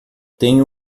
tenho